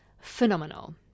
phenomenal